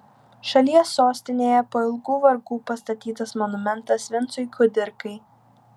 šalies sostinėje po ilgų vargų pastatytas monumentas vincui kudirkai